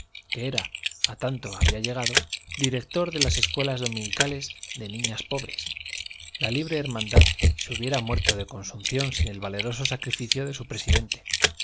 que era a tanto había llegado director de las escuelas dominicales de niñas pobres la libre hermandad se hubiera muerto de consunción sin el valeroso sacrificio de su presidente